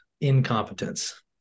incompetence